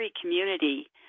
community